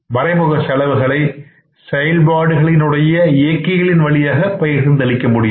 மறைமுக செலவுகளை செயல்பாடுகளின் உடைய இயக்கிகள் வழியாக பகிர்ந்தளிக்க முடியும்